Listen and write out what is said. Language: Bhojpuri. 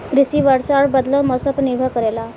कृषि वर्षा और बदलत मौसम पर निर्भर करेला